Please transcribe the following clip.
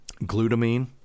glutamine